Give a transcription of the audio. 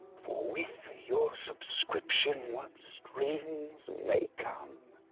for with your subscription, what streams may come.